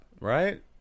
Right